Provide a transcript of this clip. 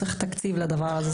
צריך תקציב לדבר הזה.